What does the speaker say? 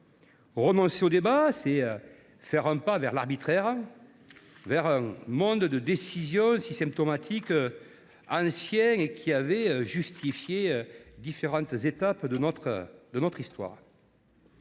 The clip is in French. Renoncer aux débats, c’est faire un pas vers l’arbitraire, vers ce mode de décision si symptomatique des temps anciens et qui avait justifié différents bouleversements de notre histoire.